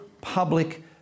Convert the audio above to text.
public